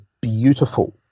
beautiful